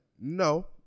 no